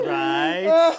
right